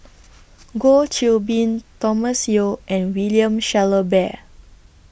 Goh Qiu Bin Thomas Yeo and William Shellabear